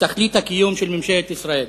ותכלית הקיום של ממשלת ישראל.